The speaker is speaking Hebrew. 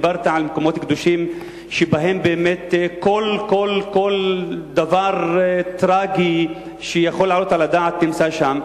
דיברת על מקומות קדושים שבהם כל דבר טרגי שיכול לעלות על הדעת נמצא שם.